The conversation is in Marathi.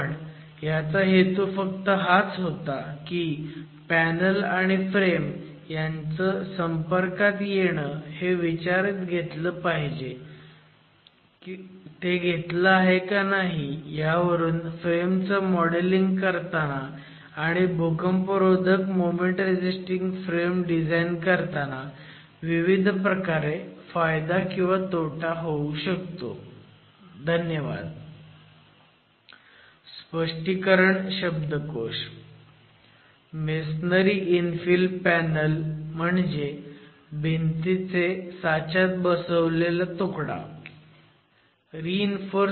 पण ह्याचा हेतू फक्त हाच होता की पॅनल आणि फ्रेम यांचं संपर्कात येणं हे विचारात घेतलंय किंवा नाही ह्यावरून फ्रेम चं मॉडेल िंग करताना आणि भूकंपरोधक मोमेंट रेझिस्टिंग फ्रेम डिझाईन करताना विविध प्रकारे फायदा किंवा तोटा होऊ शकतो